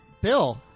Bill